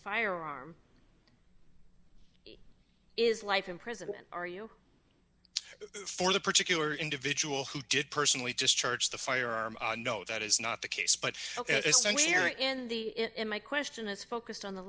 firearm is life imprisonment are you for the particular individual who just personally just church the firearm no that is not the case but ok so here in the in my question is focused on the